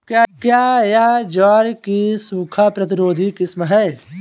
क्या यह ज्वार की सूखा प्रतिरोधी किस्म है?